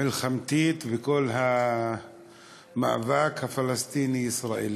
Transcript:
המלחמתית וכל המאבק הפלסטיני ישראלי.